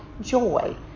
joy